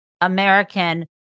american